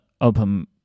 open